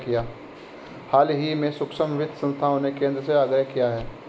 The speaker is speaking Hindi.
हाल ही में सूक्ष्म वित्त संस्थाओं ने केंद्र से आग्रह किया है